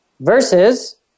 versus